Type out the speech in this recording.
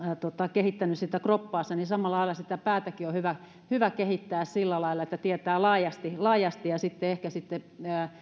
kehittänyt sitä kroppaansa ja samalla lailla päätäkin on hyvä hyvä kehittää sillä lailla että tietää laajasti laajasti ja sitten ehkä